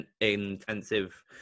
intensive